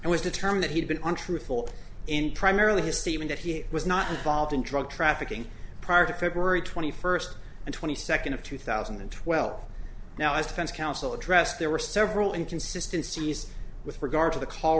it was determined that he had been untruthful in primarily his statement that he was not involved in drug trafficking prior to february twenty first and twenty second of two thousand and twelve now as defense counsel addressed there were several inconsistency with regard to the call